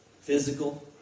physical